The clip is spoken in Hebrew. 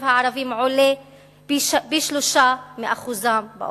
הערבים הוא פי-שלושה מאחוזם באוכלוסייה.